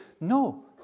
No